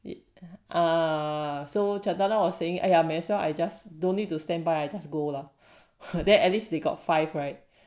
it uh so chantana was saying !aiya! might as well I just don't need to standby I just go lah that at least they got five right